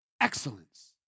Excellence